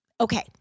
okay